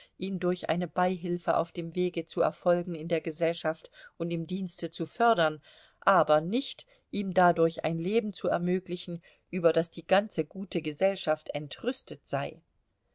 ihn durch eine beihilfe auf dem wege zu erfolgen in der gesellschaft und im dienste zu fördern aber nicht ihm dadurch ein leben zu ermöglichen über das die ganze gute gesellschaft entrüstet sei